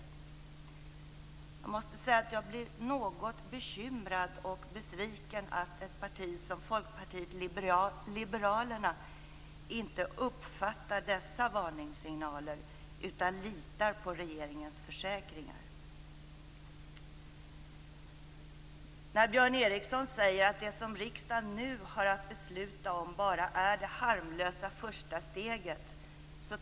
Jag blir något bekymrad och besviken att ett parti som Folkpartiet liberalerna inte uppfattar dessa varningssignaler utan litar på regeringens försäkringar. Björn Ericson talar inte sanning när han säger att det som riksdagen nu har att besluta om är bara det harmlösa första steget.